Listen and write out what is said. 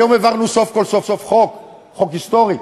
היום העברנו סוף כל סוף חוק חוק היסטורי,